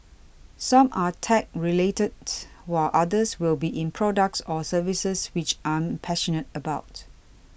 some are tech related while others will be in products or services which I'm passionate about